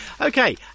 okay